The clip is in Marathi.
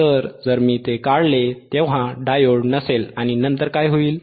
तर जर मी ते काढले तेव्हा डायोड नसेल आणि नंतर काय होईल